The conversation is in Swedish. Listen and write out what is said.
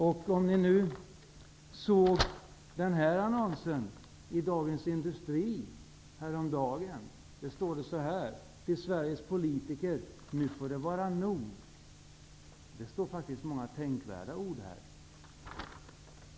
I en annons i Dagens Industri stod det häromdagen så här: ''Till Sveriges politiker -- nu får det vara NOG!'' I annonsen fanns många tänkvärda ord.